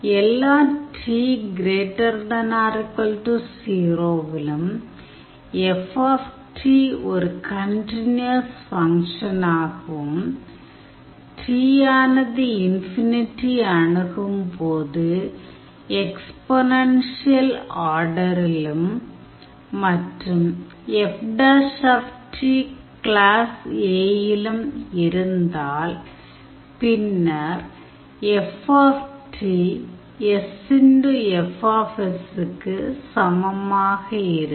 எல்லா t ≥ 0 விலும் F ஒரு கண்டினியூயஸ் ஃபங்க்ஷனாகவும் t ஆனது ∞ ஐ அணுகும் போது எக்ஸ்பொனென்ஷியல் ஆர்டரிலும் மற்றும் F கிளாஸ் A - யிலும் இருந்தால் பின்னர் F sf க்கு சமமாக இருக்கும்